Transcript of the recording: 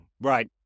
Right